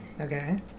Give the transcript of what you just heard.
Okay